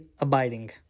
abiding